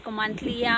monthly